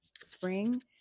spring